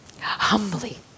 humbly